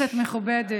כנסת מכובדת,